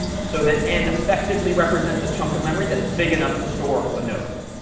so that n effectively represents a chunk of memory that's big enough to store a node.